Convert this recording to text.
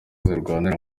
zirwanira